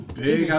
big